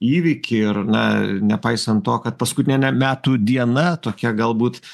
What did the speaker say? įvykį ir na nepaisant to kad paskutinė me metų diena tokia galbūt